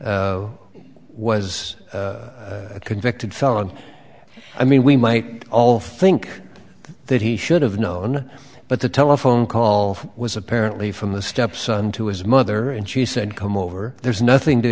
stepson was a convicted felon i mean we might all think that he should have known but the telephone call was apparently from the stepson to his mother and she said come over there's nothing to